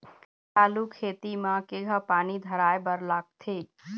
आलू खेती म केघा पानी धराए बर लागथे?